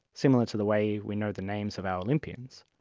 similar to the way we know the names of our olympians,